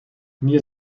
mir